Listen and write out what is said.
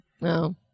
No